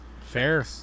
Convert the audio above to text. Fair